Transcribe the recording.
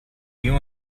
you